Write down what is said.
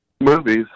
movies